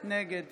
נגד